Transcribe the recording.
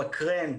מקרן,